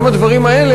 גם הדברים האלה,